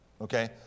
Okay